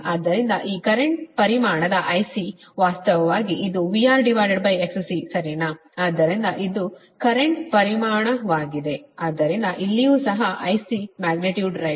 ಆದ್ದರಿಂದ ಈ ಕರೆಂಟ್ ಪರಿಮಾಣದ IC ವಾಸ್ತವವಾಗಿ ಇದು VRXC ಸರಿನಾ ಆದ್ದರಿಂದ ಇದು ಕರೆಂಟ್ ಪರಿಮಾಣದವಾಗಿದೆ ಆದ್ದರಿಂದ ಇಲ್ಲಿಯೂ ಸಹ IC ಮ್ಯಾಗ್ನಿಟ್ಯೂಡ್ ರೈಟ್